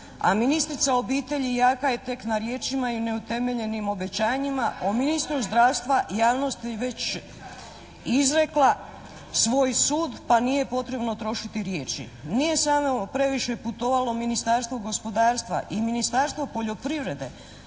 ministrica obitelji jaka je tek na riječima i neutemeljenim obećanjima, o ministru zdravstva javnost je već izrekla svoj sud pa nije potrebno trošiti riječi. Nije samo previše putovalo Ministarstvo gospodarstva, i Ministarstvo poljoprivrede